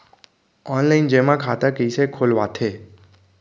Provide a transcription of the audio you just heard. Online जेमा खाता कइसे खोलवाथे?